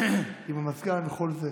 עם המזגן וכל זה